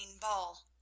ball